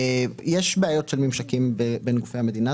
יש בעיות של ממשקים בין גופי המדינה,